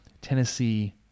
Tennessee